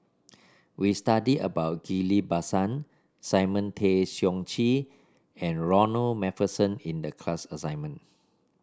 we study about Ghillie Basan Simon Tay Seong Chee and Ronald MacPherson in the class assignment